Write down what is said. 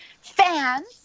Fans